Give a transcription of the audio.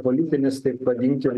politinis taip vadinkim